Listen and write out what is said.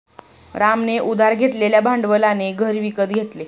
रामने उधार घेतलेल्या भांडवलाने घर विकत घेतले